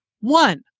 one